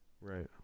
Right